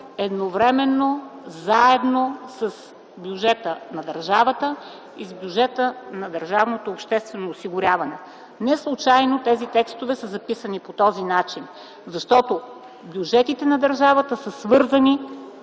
едновременно, заедно с бюджета на държавата и с бюджета на държавното обществено осигуряване. Неслучайно тези текстове са записани по този начин, защото бюджетите на държавата са свързани